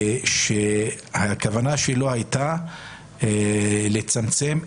שהכוונה שלו היתה לצמצם,